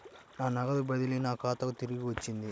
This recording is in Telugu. నా నగదు బదిలీ నా ఖాతాకు తిరిగి వచ్చింది